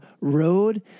road